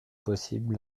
possible